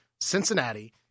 Cincinnati